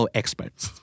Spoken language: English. experts